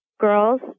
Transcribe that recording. girls